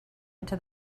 into